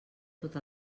tot